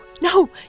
No